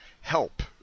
Help